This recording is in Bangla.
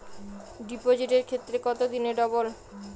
ডিপোজিটের ক্ষেত্রে কত দিনে ডবল?